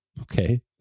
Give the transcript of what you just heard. Okay